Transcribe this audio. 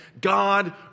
God